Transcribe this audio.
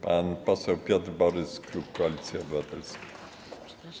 Pan poseł Piotr Borys, klub Koalicja Obywatelska.